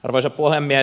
arvoisa puhemies